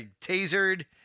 tasered